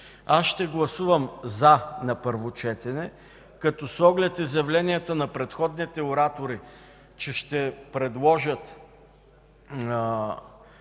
Ще гласувам „за” на първо четене, като с оглед изявленията на предходните оратори, че ще предложат